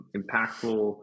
impactful